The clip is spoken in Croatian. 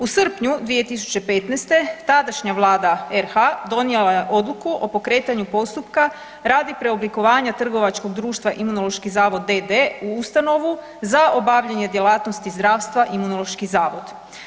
U srpnju 2015. tadašnja Vlada RH donijela je Odluku o pokretanju postupka radi preoblikovanja trgovačkog društva Imunološki zavod d.d. u ustanovu za obavljanje djelatnosti zdravstva, Imunološki zavod.